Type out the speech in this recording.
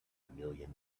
million